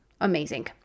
amazing